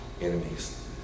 enemies